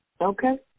Okay